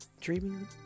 dreaming